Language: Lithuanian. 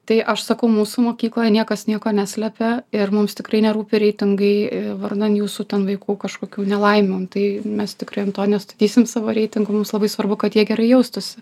tai aš sakau mūsų mokykloj niekas nieko neslepia ir mums tikrai nerūpi reitingai vardan jūsų ten vaikų kažkokių nelaimių nu tai mes tikrai ant to nestatysim savo reitingų mums labai svarbu kad jie gerai jaustųsi